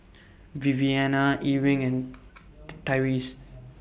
Viviana Ewing and Tyrese